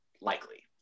likely